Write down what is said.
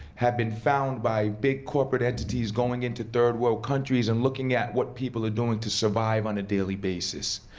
have been found by big corporate entities going into third world countries, and looking at what people are doing to survive on a daily basis.